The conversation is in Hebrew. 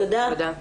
תודה.